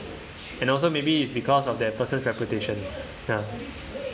and also maybe is because of that person's reputation ya